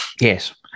yes